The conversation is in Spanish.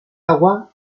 agua